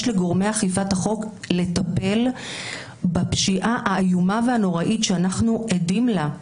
לגורמי אכיפת החוק לטפל בפשיעה האיומה והנוראית שאנחנו עדים לה,